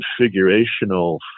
configurational